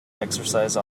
exercise